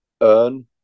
earn